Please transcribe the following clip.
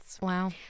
Wow